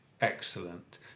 Excellent